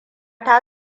ta